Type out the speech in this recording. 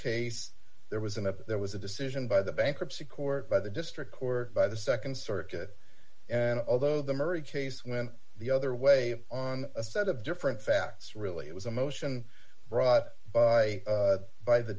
case there was a there was a decision by the bankruptcy court by the district court by the nd circuit and although the murray case went the other way on a set of different facts really it was a motion brought by by the